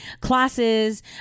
classes